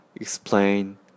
explain